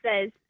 says